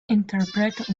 interpret